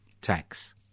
tax